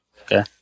Okay